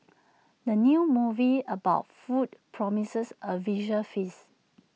the new movie about food promises A visual feast